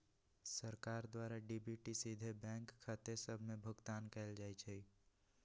सरकार द्वारा डी.बी.टी सीधे बैंक खते सभ में भुगतान कयल जाइ छइ